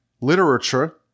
literature